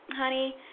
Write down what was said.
honey